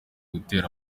gutera